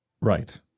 Right